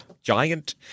Giant